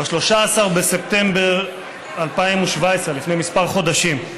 ב-13 בספטמבר 2017, לפני כמה חודשים,